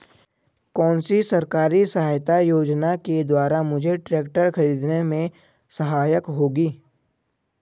कौनसी सरकारी सहायता योजना के द्वारा मुझे ट्रैक्टर खरीदने में सहायक होगी?